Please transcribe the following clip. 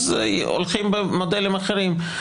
אז הולכים במודלים אחרים.